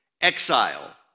exile